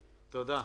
תודה.